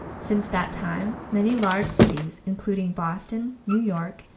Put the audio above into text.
since that time many large cities, including boston, new york,